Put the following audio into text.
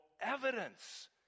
evidence